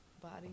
body